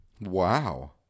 Wow